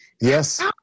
Yes